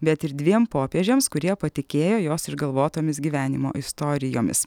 bet ir dviem popiežiams kurie patikėjo jos išgalvotomis gyvenimo istorijomis